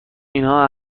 اینها